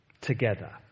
together